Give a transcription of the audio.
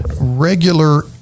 regular